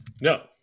No